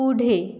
पुढे